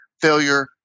failure